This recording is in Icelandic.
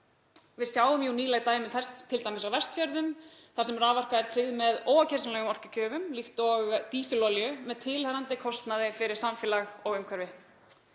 Við sjáum jú nýleg dæmi þess, t.d. á Vestfjörðum þar sem raforka er tryggð með óákjósanlegum orkugjöfum líkt og dísilolíu með tilheyrandi kostnaði fyrir samfélag og umhverfi.